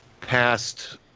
past